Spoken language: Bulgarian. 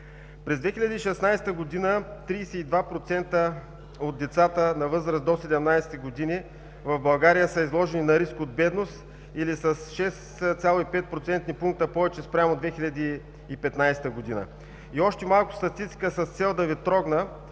През 2016 г. 32% от децата на възраст до 17 г. в България са изложени на риск от бедност или с 6,5 процентни пункта повече спрямо 2015 г. И още малко статистика с цел да Ви трогна,